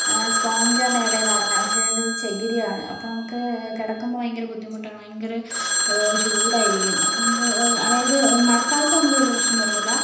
sponge ആണ് മേലെ എന്നാണ് പറഞ്ഞത് പക്ഷേ ഇത് ചകിരിയാണ് അപ്പോൾ നമുക്ക് കിടക്കുമ്പോൾ ഭയങ്കര ബുദ്ധിമുട്ടാണ് ഭയങ്കര ചൂടായിരിക്കും അപ്പോൾ നമുക്ക് അതായത് മഴക്കാലത്ത് നമുക്ക് വലിയ പ്രശ്നം വരുന്നില്ല